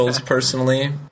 personally